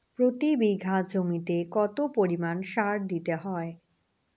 প্রতি বিঘা জমিতে কত পরিমাণ সার দিতে হয়?